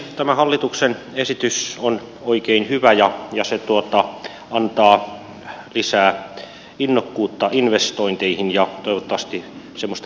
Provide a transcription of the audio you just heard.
tämä hallituksen esitys on oikein hyvä ja se antaa lisää innokkuutta investointeihin ja toivottavasti semmoista positiivista pöhinää